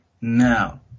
now